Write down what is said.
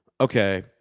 Okay